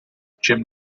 jim